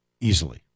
easily